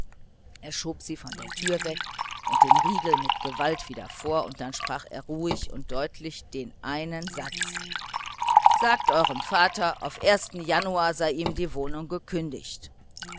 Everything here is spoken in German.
er schob sie von der türe weg und den riegel mit gewalt wieder vor und dann sprach er ruhig und deutlich den einen satz sagt eurem vater auf ersten januar sei ihm die wohnung gekündigt